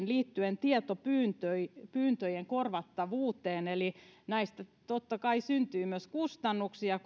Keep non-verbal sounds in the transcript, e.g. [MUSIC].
[UNINTELLIGIBLE] liittyen tietopyyntöjen tietopyyntöjen korvattavuuteen tietopyyntöjen käsittelystä totta kai syntyy myös kustannuksia [UNINTELLIGIBLE]